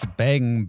bang